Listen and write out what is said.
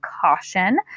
caution